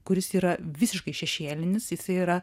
kuris yra visiškai šešėlinis jisai yra